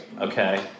Okay